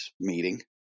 meeting